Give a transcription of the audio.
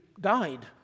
died